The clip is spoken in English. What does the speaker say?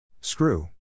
Screw